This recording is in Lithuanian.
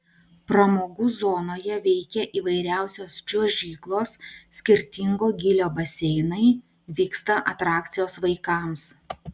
pramogų zonoje veikia įvairiausios čiuožyklos skirtingo gylio baseinai vyksta atrakcijos vaikams